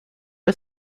est